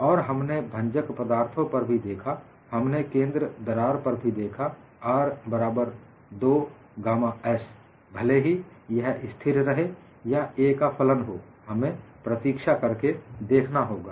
और हमने भंजक पदार्थों पर भी देखा हमने केंद्र दरार पर भी देखा R बराबर 2 गामा s भले ही यह स्थिर रहे या a का फलन हो हमें प्रतीक्षा करके देखना होगा